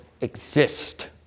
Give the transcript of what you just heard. exist